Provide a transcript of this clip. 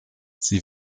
sie